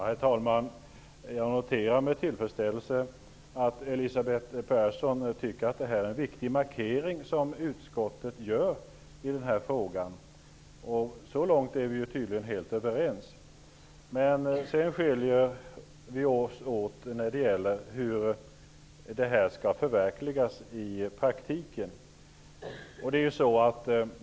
Herr talman! Jag noterar med tillfredsställelse att Elisabeth Persson tycker att utskottet gör en viktig markering i den här frågan. Så långt är vi tydligen helt överens. Men sedan skiljer sig våra uppfattningar i fråga om hur det här skall förverkligas i praktiken.